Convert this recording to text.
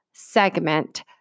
segment